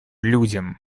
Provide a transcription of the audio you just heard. людям